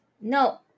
No